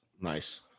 Nice